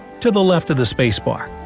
to the left of the space bar.